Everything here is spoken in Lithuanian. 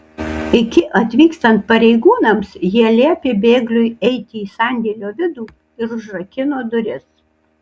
iki atvykstant pareigūnams jie liepė bėgliui eiti į sandėlio vidų ir užrakino duris